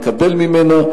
מקבל ממנה,